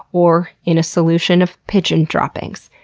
or in a solution of pigeon droppings.